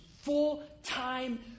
full-time